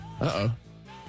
uh-oh